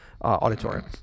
auditorium